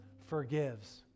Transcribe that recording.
forgives